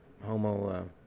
homo